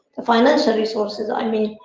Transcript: financial resources i mean,